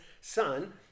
son